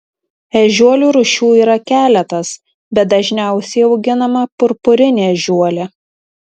ežiuolių rūšių yra keletas bet dažniausiai auginama purpurinė ežiuolė